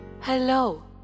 Hello